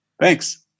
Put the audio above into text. Thanks